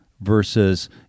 versus